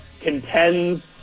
contends